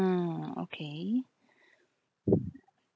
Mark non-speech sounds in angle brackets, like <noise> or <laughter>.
mm okay <breath>